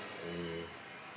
um